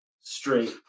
straight